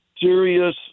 serious